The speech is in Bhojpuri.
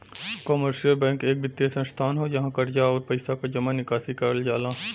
कमर्शियल बैंक एक वित्तीय संस्थान हौ जहाँ कर्जा, आउर पइसा क जमा निकासी करल जाला